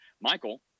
Michael